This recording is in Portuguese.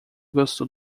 gostou